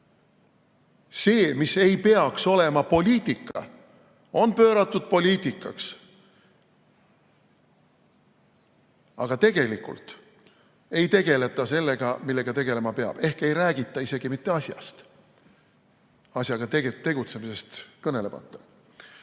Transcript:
See, mis ei peaks olema poliitika, on pööratud poliitikaks. Aga tegelikult ei tegeleta sellega, millega tegelema peab, ehk ei räägita isegi mitte asjast, asjaga tegutsemisest kõnelemata.